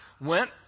went